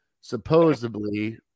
Supposedly